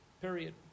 Period